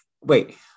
Wait